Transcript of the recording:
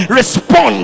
respond